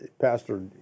Pastor